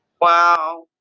Wow